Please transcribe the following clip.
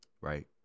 right